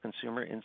consumer